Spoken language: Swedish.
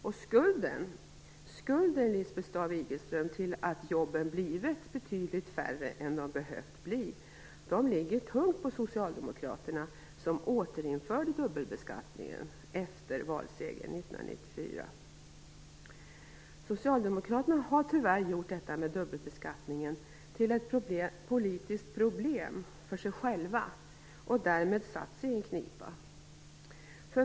Och skulden, Lisbeth Staaf-Igelström, till att jobben blivit betydligt färre än de behövt bli ligger tungt på Socialdemokraterna som återinförde dubbelbeskattningen efter valsegern 1994. Socialdemokraterna har tyvärr gjort dubbelbeskattningen till ett politiskt problem för sig själva och därmed satt sig i en knipa.